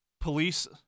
police